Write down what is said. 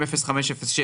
700506